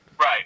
right